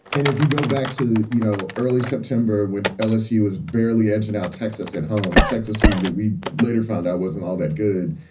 and if you go back to, you know, early september when lsu was barely edging out texas at home, a texas team that we later found out wasn't all that good.